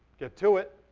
get to it.